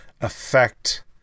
affect